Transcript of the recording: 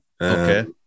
Okay